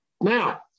Now